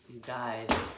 guys